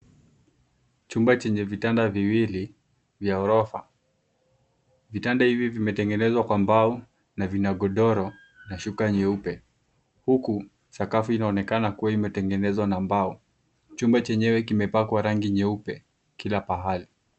Chumba chenye vitanda viwili vya ghorofa. Vitanda hivi vimetengezwa kwa mbao na vina godora na shuka nyeupe, huku sakafu inaonekana kuwa imetengenezwa na mbao. Chumba chenyewe kimepakwa rangi nyeupe kila pahali.